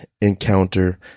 encounter